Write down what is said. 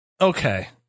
Okay